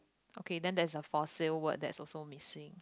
okay then that is a for sales word that also missing